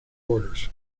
orders